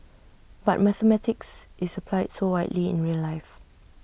but mathematics is applied so widely in real life